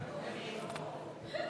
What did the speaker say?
בר-לב,